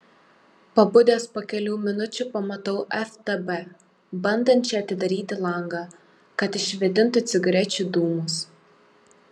pabudęs po kelių minučių pamatau ftb bandančią atidaryti langą kad išvėdintų cigarečių dūmus